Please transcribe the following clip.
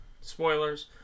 Spoilers